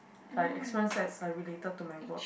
like experience that related to my work